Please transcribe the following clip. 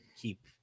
keep